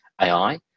AI